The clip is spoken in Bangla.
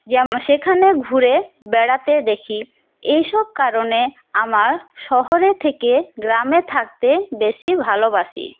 সেখানে ঘুরে বেড়াতে দেখি এইসব কারণে আমার শহরে থেকে গ্রামে থাকতে বেশি ভালোবাসি